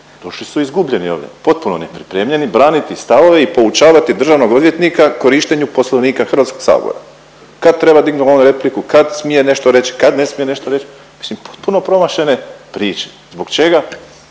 došli su izgubljeni ovdje, potpuno nepripremljeni braniti stavove i poučavati državnog odvjetnika korištenju Poslovnika HS, kad treba dignut on repliku, kad smije nešto reći, kad ne smije nešto reći, mislim potpuno promašene priče. Zbog čega?